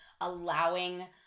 allowing